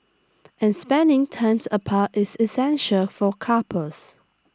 and spending times apart is essential for couples